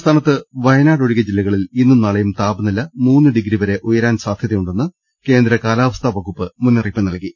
സംസ്ഥാനത്ത് വയനാട് ഒഴികെ ജില്ലകളിൽ ഇന്നും നാളെയും താപനില മൂന്ന് ഡിഗ്രി വരെ ഉയരാൻ സാധ്യത്യുണ്ടെന്ന് കേന്ദ്ര കാലാവസ്ഥാ വകുപ്പ് മുന്നറിയിപ്പ് നൽകി